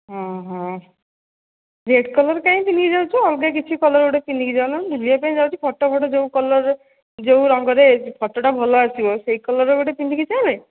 ହଁ ହଁ red colour କାଇଁ ପିନ୍ଧିକି ଯାଉଛି ଅଲଗା କିଛି କଲର୍ ଗୋଟେ ପିନ୍ଧିକି ଯାଉନ ବୁଲିବା ପାଇଁ ଯାଉଛୁ ଫଟୋ ଫଟୋ ଯେଉଁ କଲର୍ର ଯେଉଁ ରଙ୍ଗରେ ଫଟୋଟା ଭଲ ଆସିବ ସେଇ କଲର୍ର ଗୋଟେ ପିନ୍ଧିକି ଚାଲେ